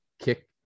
kick